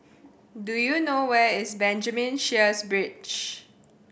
do you know where is Benjamin Sheares Bridge